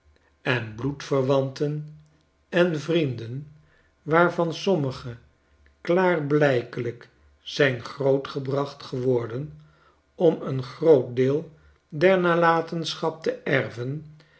en bloedverwanten en vrienden waarvan sommige klaarblykelijk zijn grootgebracht geworden om een groot deel der nalatenschap te erven